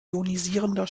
ionisierender